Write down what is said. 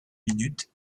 minutes